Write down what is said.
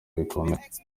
bikomeye